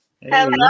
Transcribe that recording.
hello